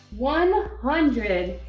one hundred.